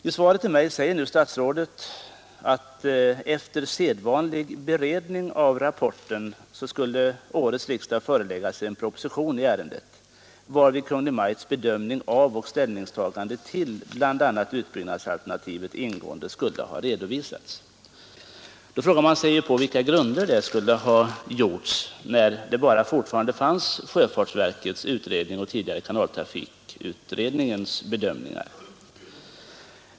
I svaret till mig säger nu statsrådet att efter sedvanlig beredning av rapporten skulle årets riksdag föreläggas en proposition i ärendet, varvid Kungl. Maj:ts bedömning och ställningstagande till bl.a. utbyggnadsalternativet skulle ha redovisats. Då frågar man sig, på vilka grunder detta skulle ha gjorts när det fortfarande bara fanns sjöfartsverkets utredning och den tidigare kanalutredningens bedömningar att tillgå.